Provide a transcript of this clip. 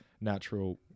natural